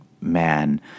man